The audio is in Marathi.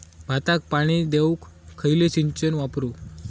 भाताक पाणी देऊक खयली सिंचन वापरू?